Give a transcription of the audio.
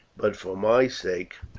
but for my sake,